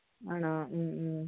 ആണോ